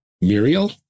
Muriel